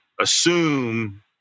assume